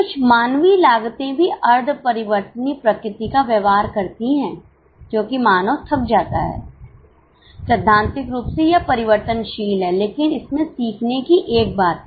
कुछ मानवीय लागते भी अर्ध परिवर्तनीय प्रकृति का व्यवहार करती हैं क्योंकि मानव थक जाता है सैद्धांतिक रूप से यह परिवर्तनशील है लेकिन इसमें सीखने की एक बात है